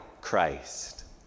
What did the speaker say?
Christ